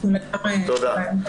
תודה.